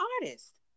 artist